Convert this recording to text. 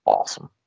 Awesome